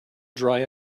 dry